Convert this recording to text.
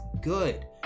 good